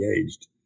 engaged